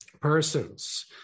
persons